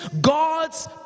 God's